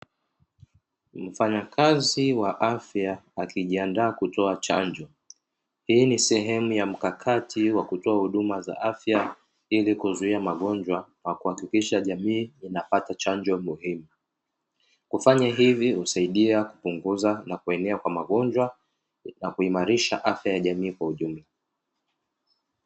Mfanyakazi wa afya wakijiandaa kutoa chanjo; hii ni sehemu ya mkakati wakutoa huduma za afya ili kuzuia magonjwa na kuhakikisha jamii inapata chanjo muhimu, kufanya hivi inasaidia kupunguza na kueneza kwa magonjwa na kuimarisha afya ya jamii kwa ujumla.